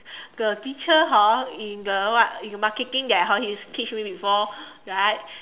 the teacher hor in the what in the marketing that hor he teach me before right